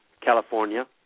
California